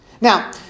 Now